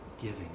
giving